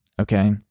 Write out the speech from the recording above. okay